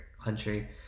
country